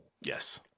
Yes